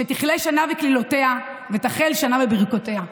שתכלה שנה וקללותיה ותחל שנה וברכותיה.